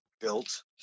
built